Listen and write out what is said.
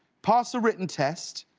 pass a written test,